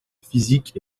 physique